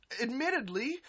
admittedly